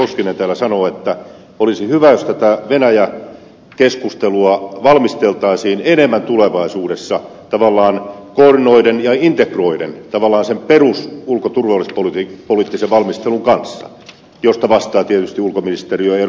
koskinen täällä sanoo että olisi hyvä jos tätä venäjä keskustelua valmisteltaisiin enemmän tulevaisuudessa tavallaan koordinoiden ja integroiden sen perusulko ja turvallisuuspoliittisen valmistelun kanssa josta vastaa tietysti ulkoministeriö ja eduskunnan puolella ulkoasiainvaliokunta